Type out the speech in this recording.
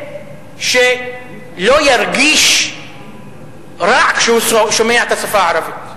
שלא ירגישו רע כשהם שומעים את השפה הערבית.